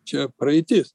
čia praeitis